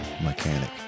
mechanic